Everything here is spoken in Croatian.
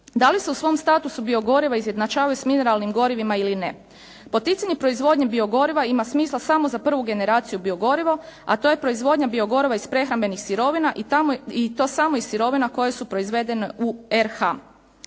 Da li su u svom statusu biogoriva izjednačavaju s mineralnim gorivima ili ne? Poticanje proizvodnje biogoriva ima smisla samo za prvu generaciju biogoriva, a to je proizvodnja biogoriva iz prehrambenih sirovina i to samo iz sirovine koje su proizvedene u RH.